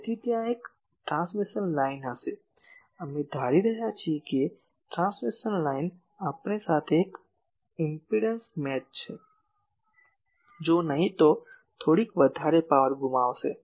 તેથી ત્યાં એક ટ્રાન્સમિશન લાઇન હશે અમે ધારી રહ્યા છીએ કે ટ્રાન્સમિશન લાઇન આપણી સાથે એક ઇમ્પેડંસ મેચ છે જો નહીં તો થોડીક વધારે પાવર ગુમાવશે